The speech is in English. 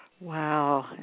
Wow